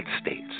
States